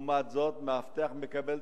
לעומת זאת, מאבטח מקבל